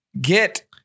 get